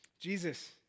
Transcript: Jesus